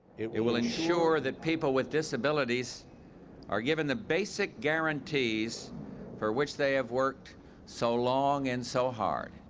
it it will ensure that people with disabilities are given the basic guarantees for which they have worked so long and so hard,